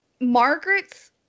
Margaret's